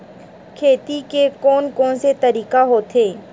खेती के कोन कोन से तरीका होथे?